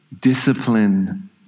Discipline